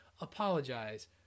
apologize